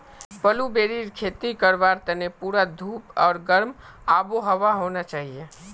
ब्लूबेरीर खेती करवार तने पूरा धूप आर गर्म आबोहवा होना चाहिए